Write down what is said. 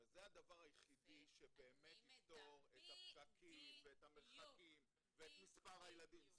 הרי זה הדבר היחידי שבאמת יפתור את הפקקים ואת המרחקים ואת מספר הילדים.